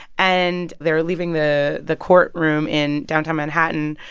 and they're leaving the the courtroom in downtown manhattan.